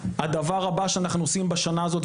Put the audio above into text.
הדבר הבא שאנחנו עושים בשנה הזאת,